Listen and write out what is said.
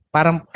Parang